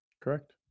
Correct